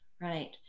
right